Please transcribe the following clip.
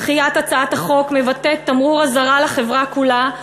דחיית הצעת החוק מבטאת תמרור אזהרה לחברה כולה,